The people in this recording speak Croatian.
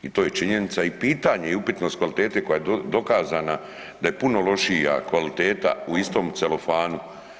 I to je činjenica i pitanje je i upitnost kvalitete koja je dokazana da je puno lošija kvaliteta u istom celofanu.